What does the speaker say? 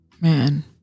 man